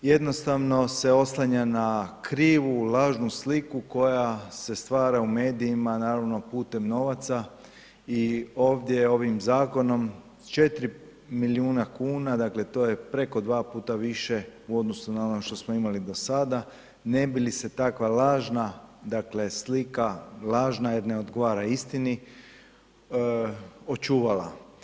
Jednostavno se oslanja na krivu, lažnu sliku koja se stvara u medijima, naravno putem novaca i ovdje ovim zakonom, s 4 milijuna kuna, dakle, to je preko 2 puta više u odnosu na ono što smo imali do sada, ne bi li se takva lažna dakle, slika, lažna, jer ne odgovara istini, očuvala.